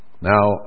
Now